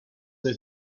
they